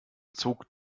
zog